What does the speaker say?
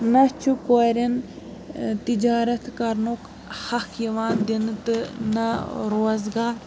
نہ چھُ کورٮ۪ن تِجارت کَرنُک حق یِوان دِنہٕ تہٕ نہ روزگار